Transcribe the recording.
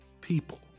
people